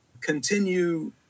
continue